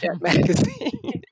magazine